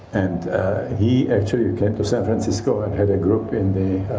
and he actually came to san francisco and had a group in the.